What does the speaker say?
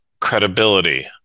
credibility